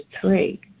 three